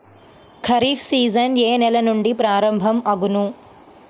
Kharif season ఏ నెల నుండి ప్రారంభం అగును?